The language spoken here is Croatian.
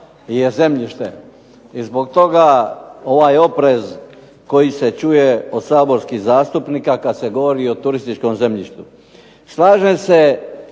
je zemljište i zbog toga ovaj oprez koji se čuje od saborskih zastupnika kad se govori o turističkom zemljištu. Slažem se